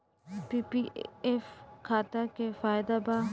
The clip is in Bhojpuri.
पी.पी.एफ खाता के का फायदा बा?